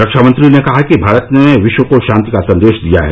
रक्षामंत्री ने कहा कि भारत ने विश्व को शांति का संदेश दिया है